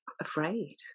afraid